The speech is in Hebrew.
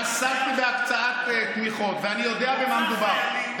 עסקתי בהקצאת תמיכות ואני יודע במה מדובר,